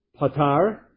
patar